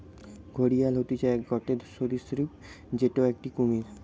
ঘড়িয়াল হতিছে গটে সরীসৃপ যেটো একটি কুমির